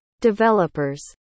developers